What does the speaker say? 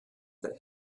that